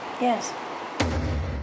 Yes